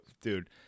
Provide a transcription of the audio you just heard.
dude